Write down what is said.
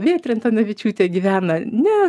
vėtra antanavičiūtė gyvena ne